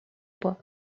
bois